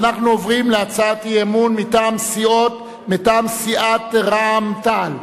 ואנחנו עוברים להצעת אי-אמון מטעם סיעת רע"ם-תע"ל,